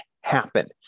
happen